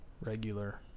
regular